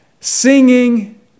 singing